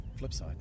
Flipside